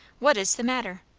what is the matter?